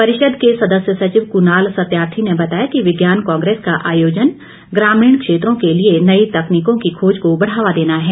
परिषद के सदस्य सचिव कुनाल सत्यार्थी ने बताया कि विज्ञान कांग्रेस का आयोजन ग्रामीण क्षेत्रों के लिए नई तकनीकों की खोज को बढ़ावा देना है